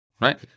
right